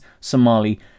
Somali